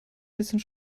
bisschen